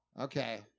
Okay